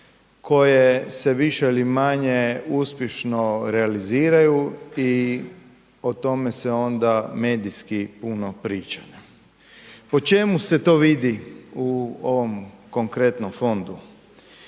koje se više ili manje uspješno realiziraju i o tome se onda medijski puno priča. Po čemu se to vidi u ovom konkretnom fondu?